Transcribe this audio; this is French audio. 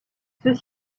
ceux